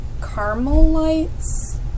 Carmelites